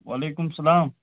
وعلیکُم السلام